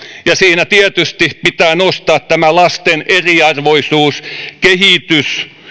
ja siinä tietysti pitää nostaa tämä lasten eriarvoisuuskehitys